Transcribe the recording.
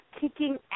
kicking